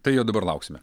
tai jau dabar lauksime